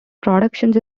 productions